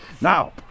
Now